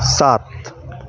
सात